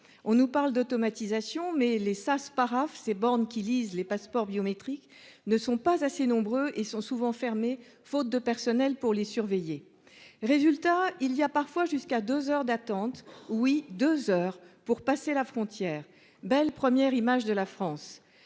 On nous parle d'automatisation mais les sas paraphent ces bornes qui lisent les passeports biométriques ne sont pas assez nombreux et sont souvent fermés faute de personnel pour les surveiller. Résultat, il y a parfois jusqu'à 2h d'attente oui 2h pour passer la frontière belle première image de la France